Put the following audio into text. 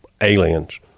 aliens